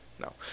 No